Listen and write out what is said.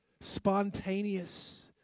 spontaneous